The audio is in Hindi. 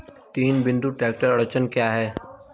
तीन बिंदु ट्रैक्टर अड़चन क्या है?